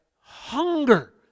hunger